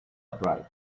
upright